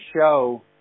show